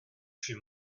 fut